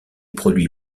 produit